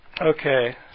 Okay